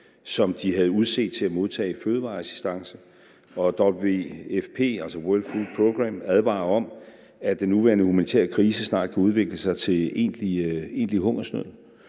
som de havde udset til at modtage fødevarer assistance. Og WFP, altså UN World Food Programme, Advarer om, at den nuværende humanitære krise snart kan udvikle sig til egentlig hungersnød,